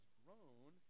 grown